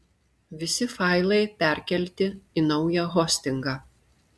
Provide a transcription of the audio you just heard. visi failai perkelti į naują hostingą